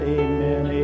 amen